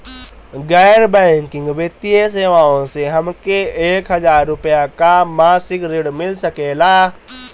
गैर बैंकिंग वित्तीय सेवाएं से हमके एक हज़ार रुपया क मासिक ऋण मिल सकेला?